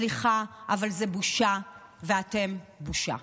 סליחה, אבל זו בושה, ואתם בושה.